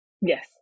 Yes